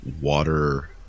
water